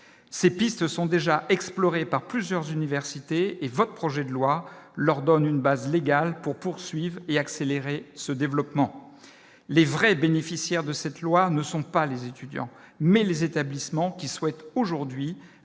ces pistes sont déjà exploré par plusieurs universités et votre projet de loi leur donne une base légale pour poursuivre et accélérer ce développement, les vrais bénéficiaires de cette loi ne sont pas les étudiants, mais les établissements qui souhaitent aujourd'hui